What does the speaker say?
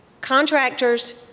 contractors